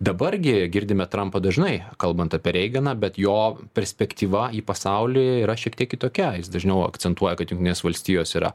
dabar gi girdime trampą dažnai kalbant apie reiganą bet jo perspektyva pasauliui yra šiek tiek kitokia jis dažniau akcentuoja kad jungtinės valstijos yra